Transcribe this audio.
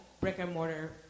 brick-and-mortar